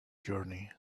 journey